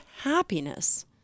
happiness